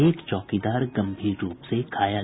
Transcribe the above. एक चौकीदार गंभीर रूप से घायल